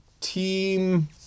team